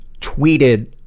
tweeted